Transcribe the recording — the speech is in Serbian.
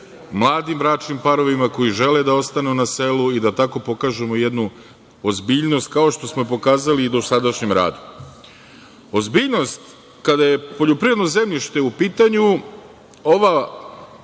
mladim bračnim parovima koji žele da ostanu na selu i da tako pokažemo jednu ozbiljnost, kao što smo je pokazali i u dosadašnjem radu. Ozbiljnost kada je poljoprivredno zemljište u pitanju, ova